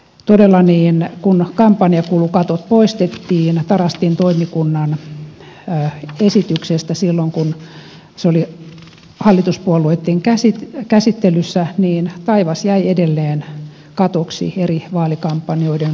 todella kun kampanjakulukatot poistettiin tarastin toimikunnan esityksestä silloin kun se oli hallituspuolueitten käsittelyssä niin taivas jäi edelleen katoksi eri vaalikampanjoiden kustannuksille